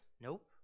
Nope